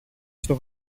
στο